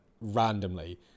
randomly